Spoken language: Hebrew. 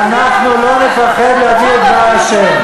ואנחנו לא נפחד להביא את דבר ה'.